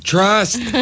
Trust